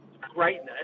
greatness